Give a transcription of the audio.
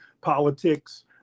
politics